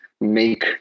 make